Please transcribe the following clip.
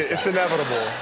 it's inevitable.